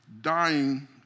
dying